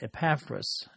Epaphras